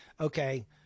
okay